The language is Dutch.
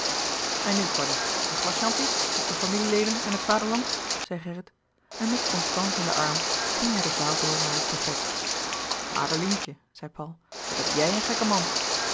en nu cony een glas champy op de familie leden en het vaderland zei gerrit en met constance aan den arm ging hij de zaal door naar het buffet adelientje zei paul wat heb j i j een gekke man